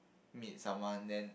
meet someone then